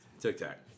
Tic-tac